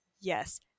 yes